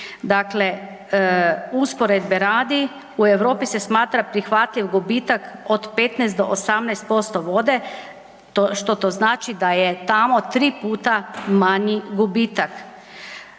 Dakle, usporedbe radi u Europi se smatra prihvatljiv gubitak od 15 do 18% vode. Što to znači da je tamo 3 puta manji gubitak.